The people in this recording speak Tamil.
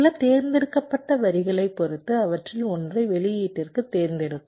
சில தேர்ந்தெடுக்கப்பட்ட வரிகளைப் பொறுத்து அவற்றில் ஒன்றை வெளியீட்டிற்குத் தேர்ந்தெடுக்கும்